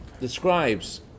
Describes